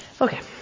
Okay